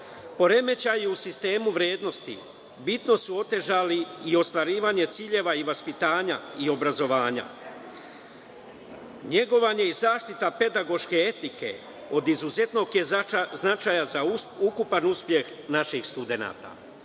nauka. Poremećaj u sistemu vrednosti, bitno su otežali o ostvarivanje ciljeva i vaspitanja i obrazovanja, negovanje i zaštita pedagoške etike od izuzetnog je značaja za ukupan uspeh naših studenata. Dame